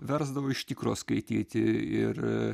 versdavo iš tikro skaityti ir